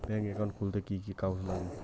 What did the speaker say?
Bank account খুলতে কি কি কাগজ লাগে?